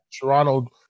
Toronto